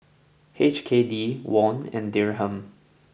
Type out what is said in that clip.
H K D Won and Dirham